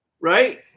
Right